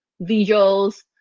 visuals